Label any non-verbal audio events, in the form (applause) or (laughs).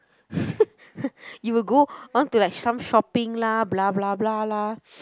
(laughs) you will go on to like some shopping lah blah blah blah lah